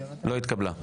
לא התקבלה.